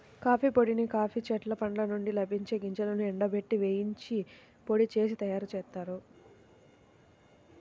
coffee పొడిని coffee చెట్ల పండ్ల నుండి లభించే గింజలను ఎండబెట్టి, వేయించి పొడి చేసి తయ్యారుజేత్తారు